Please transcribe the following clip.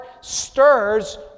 stirs